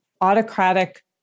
autocratic